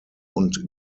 und